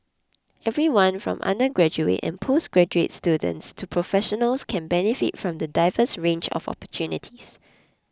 everyone from undergraduate and postgraduate students to professionals can benefit from the diverse range of opportunities